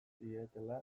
zietela